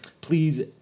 Please